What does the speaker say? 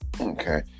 Okay